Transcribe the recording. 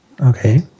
Okay